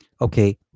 Okay